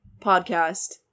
podcast